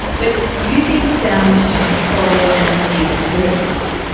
but using sound to control and even hurt people.